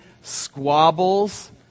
squabbles